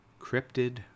cryptid